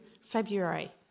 February